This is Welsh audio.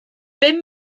bum